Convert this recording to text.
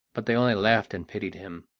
but they only laughed and pitied him.